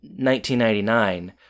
1999